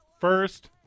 First